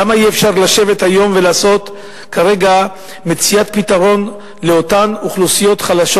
למה אי-אפשר לשבת היום ולמצוא פתרון לאותן אוכלוסיות חלשות